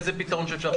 אוקיי, אנחנו נרכז.